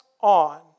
on